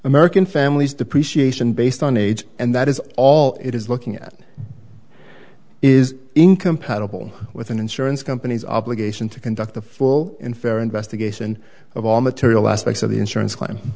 american families depreciation based on age and that is all it is looking at is incompatible with an insurance company's obligation to conduct a full and fair investigation of all material aspects of the insurance claim